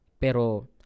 pero